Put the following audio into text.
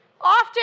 Often